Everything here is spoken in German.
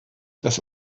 das